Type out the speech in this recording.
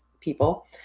people